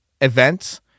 events